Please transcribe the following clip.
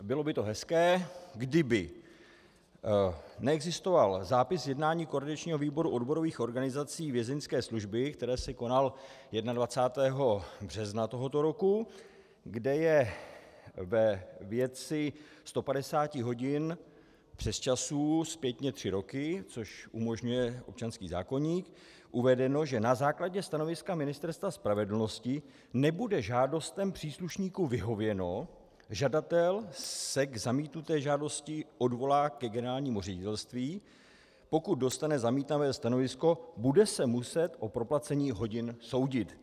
Bylo by to hezké, kdyby neexistoval zápis z jednání koordinačního výboru odborových organizací Vězeňské služby, které se konalo 21. března tohoto roku, kde je ve věci 150 hodin přesčasů zpětně tři roky, což umožňuje občanský zákoník, uvedeno, že na základě stanoviska Ministerstva spravedlnosti nebude žádostem příslušníků vyhověno, žadatel se k zamítnuté žádosti odvolá ke generálnímu ředitelství, pokud dostane zamítavé stanovisko, bude se muset o proplacení hodin soudit.